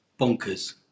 bonkers